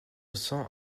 cents